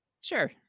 Sure